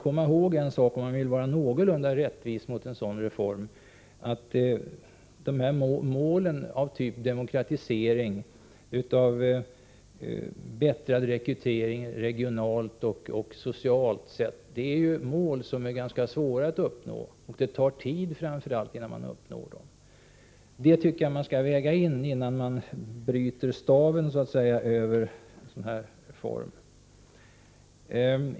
Om man vill vara någorlunda rättvis måste man komma ihåg att målen av typ demokratisering, av typ bättre rekrytering regionalt och socialt sett är ganska svåra att uppnå. Framför allt tar det tid innan man uppnår de målen. Det tycker jag att man skall ta med i bilden, innan man så att säga bryter staven över en sådan här reform.